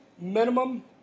minimum